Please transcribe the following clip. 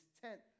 tent